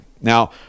Now